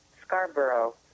Scarborough